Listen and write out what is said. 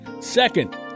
Second